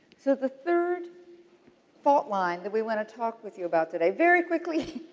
so the third fault line that we want to talk with you about today, very quickly,